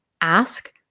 Ask